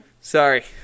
Sorry